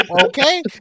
okay